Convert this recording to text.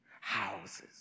houses